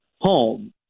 home